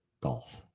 golf